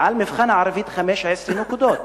ועל מבחן בערבית 15 נקודות,